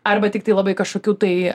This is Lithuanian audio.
arba tiktai labai kažkokių tai